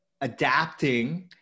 adapting